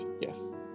Yes